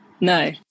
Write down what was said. No